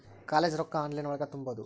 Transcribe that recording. College ರೊಕ್ಕ online ಒಳಗ ತುಂಬುದು?